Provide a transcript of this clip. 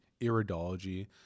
iridology